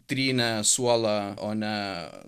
trynė suolą o ne